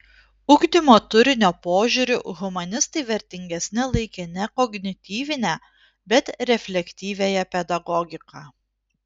ugdymo turinio požiūriu humanistai vertingesne laikė ne kognityvinę bet reflektyviąją pedagogiką